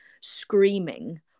screaming